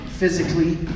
physically